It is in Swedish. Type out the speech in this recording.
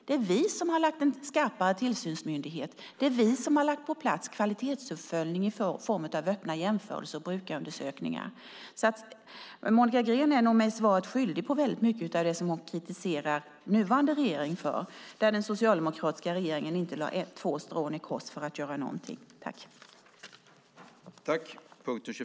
Det är vi som har lagt en skarpare tillsynsmyndighet. Det är vi som har lagt på plats kvalitetsuppföljning i form av öppna jämförelser och brukarundersökningar. Monica Green är mig nog svaret skyldig beträffande väldigt mycket av det hon kritiserar nuvarande regering för, där den socialdemokratiska regeringen inte lade två strån i kors för att göra någonting.